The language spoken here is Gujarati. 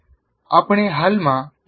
આપણે હાલમાં એક ઉદાહરણ જોશું